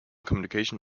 communication